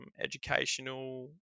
educational